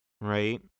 Right